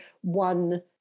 one